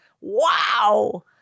Wow